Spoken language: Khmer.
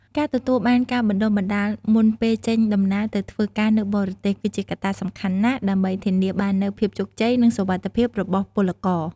ការទទួលបានការបណ្តុះបណ្តាលមុនពេលចេញដំណើរទៅធ្វើការនៅបរទេស គឺជាកត្តាសំខាន់ណាស់ ដើម្បីធានាបាននូវភាពជោគជ័យ និងសុវត្ថិភាពរបស់ពលករ។